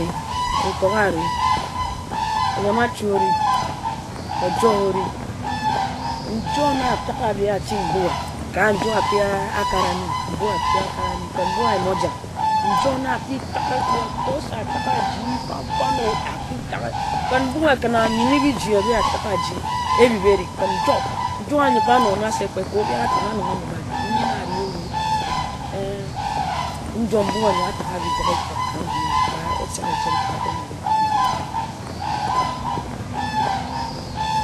Ekpin, nkok ari, oyim-atiu ari ojor ori. Njor na atagha abie achang mbue ka njor akpi akat ahni, mbue akpi akat ahni, mbue akpi akat ahni, kǝn mbue ayima ojan. Njor na aki taghe t kpe otor se atanghe asi fan-fan-o aki taghe kǝn mbue ahyinghi biji, ehbe ataghe aji ehbibha erig. Kǝn njor, njor a yhiba, kpe ka obiaratu na nong a yhiba ajak nyi na ari-ori njom mbue nyi atagha abie gog-ge-gog-ge ka ngun ehrie ka etek ejitre ka Bendeghe ehre nyi ehrie anor.